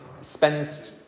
spends